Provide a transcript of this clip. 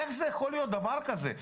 איך יכול להיות דבר כזה?